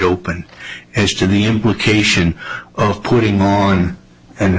open as to the implication of putting